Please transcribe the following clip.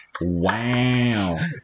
wow